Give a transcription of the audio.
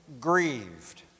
grieved